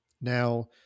Now